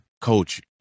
coach